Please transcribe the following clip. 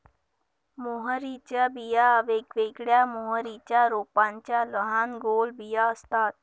मोहरीच्या बिया वेगवेगळ्या मोहरीच्या रोपांच्या लहान गोल बिया असतात